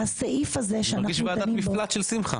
אני מרגיש ועדת מפלט של שמחה.